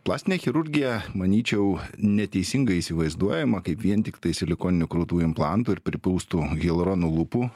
plastinė chirurgija manyčiau neteisingai įsivaizduojama kaip vien tiktai silikoninių krūtų implantų ir pripūstų hialuronu lūpų